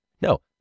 No